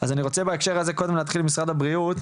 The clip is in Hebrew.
אז אני רוצה בהקשר הזה להתחיל עם משרד הבריאות.